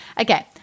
Okay